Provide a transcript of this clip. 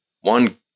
one